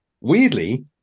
weirdly